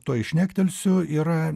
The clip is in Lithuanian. tuoj šnektelsiu yra